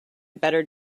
better